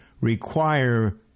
require